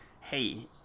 hey